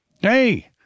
Hey